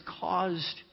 caused